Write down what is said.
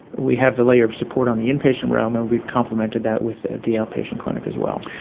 we have the layer of support on the inpatient realm and we've complimented that with the outpatient clinic as well.